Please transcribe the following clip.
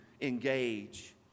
engage